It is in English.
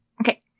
Okay